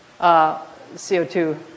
CO2